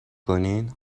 کنین